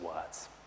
words